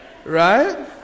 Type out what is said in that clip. Right